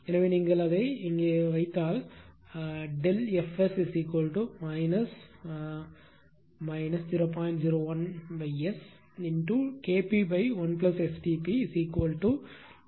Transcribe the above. எனவே நீங்கள் அதை இங்கே வைத்தால் Fs 0